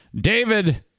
David